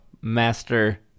Master